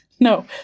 no